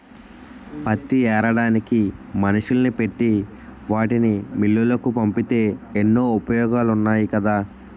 పత్తి ఏరడానికి మనుషుల్ని పెట్టి వాటిని మిల్లులకు పంపితే ఎన్నో ఉపయోగాలున్నాయి కదా